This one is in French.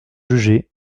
juger